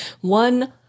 one